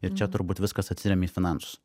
ir čia turbūt viskas atsiremia į finansus